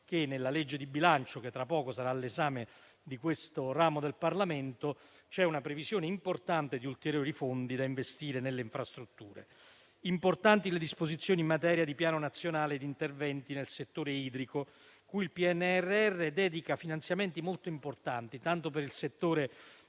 che nella legge di bilancio, che tra poco sarà all'esame di questo ramo del Parlamento, c'è un'importante previsione di ulteriori fondi da investire nelle infrastrutture. Sono importanti anche le disposizioni in materia di Piano nazionale di interventi nel settore idrico, a cui il PNRR dedica finanziamenti molto rilevanti, tanto per il settore